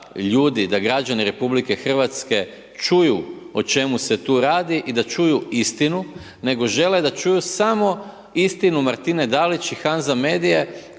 da građani RH čuju o čemu se to radi i da čuju istinu nego žele da čuju samo istinu Martine Dalić HANZA medije